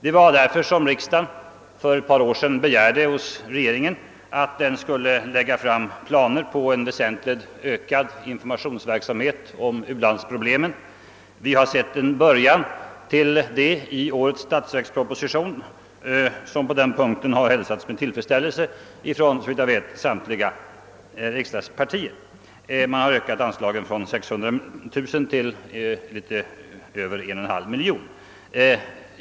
Det var mot denna bakgrund som riksdagen för ett par år sedan begärde att regeringen skulle lägga fram planer på en väsentligt ökad informationsverksamhet rörande u-landsproblemen. Vi har sett en början till det i årets statsverksproposition, som på den punkten har hälsats med tillfredsställelse från såvitt jag vet samtliga riksdagspartier. Anslagen föreslås ökade från 600 000 kronor till 1,7 miljoner kronor.